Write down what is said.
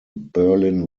berlin